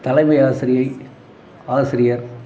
தலைமை ஆசிரியை ஆசிரியர்